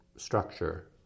Structure